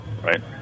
right